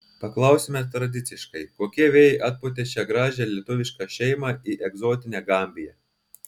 paklausime tradiciškai kokie vėjai atpūtė šią gražią lietuvišką šeimą į egzotinę gambiją